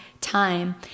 time